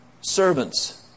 servants